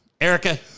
Erica